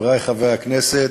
חברי חברי הכנסת,